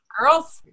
girls